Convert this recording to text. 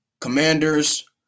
Commanders